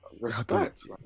Respect